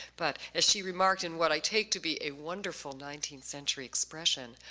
but as she remarked in what i take to be a wonderful nineteenth century expression,